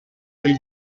del